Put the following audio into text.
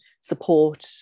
support